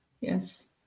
Yes